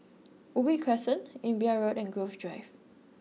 Ubi Crescent Imbiah Road and Grove Drive